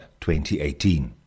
2018